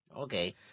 Okay